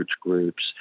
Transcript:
groups